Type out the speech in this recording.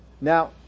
Now